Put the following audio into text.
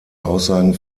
aussagen